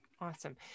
Awesome